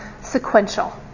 sequential